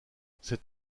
c’est